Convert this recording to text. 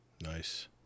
Nice